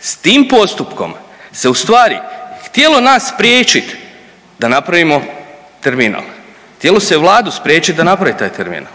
s tim postupkom se ustvari htjelo nas spriječit da napravimo terminal, htjelo se Vladu spriječit da napravi taj terminal,